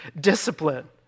discipline